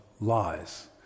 lies